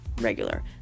regular